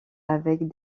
avec